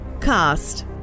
Cast